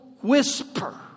whisper